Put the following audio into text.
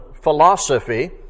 philosophy